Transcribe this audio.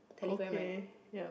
okay ya